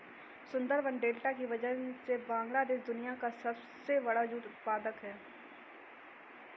Sundarban delta की वजह से बांग्लादेश दुनिया का सबसे बड़ा जूट उत्पादक है